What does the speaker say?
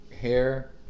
hair